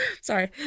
Sorry